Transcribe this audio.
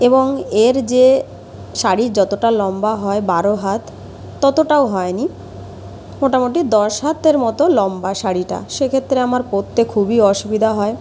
এবং এর যে শাড়ির যতোটা লম্বা হয় বারো হাত ততটাও হয়নি মোটামোটি দশ হাতের মতো লম্বা শাড়িটা সে ক্ষেত্রে আমার পরতে খুবই অসুবিধা হয়